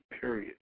period